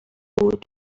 بود